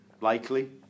Likely